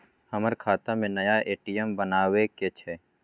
हमर खाता में नया ए.टी.एम बनाबै के छै?